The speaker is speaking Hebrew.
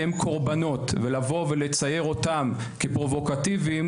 הם קורבנות ולבוא ולצייר אותם כפרובוקטיביים,